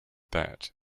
that